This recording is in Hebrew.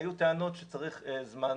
היו טענות שצריך זמן